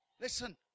Listen